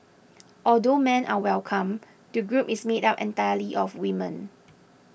although men are welcome the group is made up entirely of women